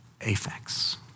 affects